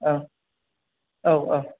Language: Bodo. औ औ औ